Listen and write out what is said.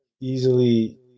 easily